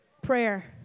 Prayer